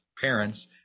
parents